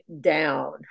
down